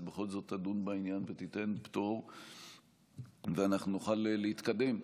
בכל זאת תדון בעניין ותיתן פטור ואנחנו נוכל להתקדם,